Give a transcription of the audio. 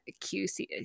QC